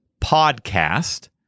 PODCAST